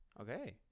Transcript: Okay